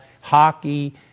hockey